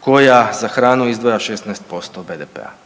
koja za hranu izdvaja 16% BDP-a.